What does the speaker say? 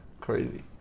crazy